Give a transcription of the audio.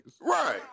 right